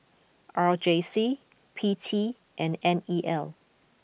R J C P T and N E L